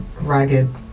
ragged